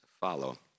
follow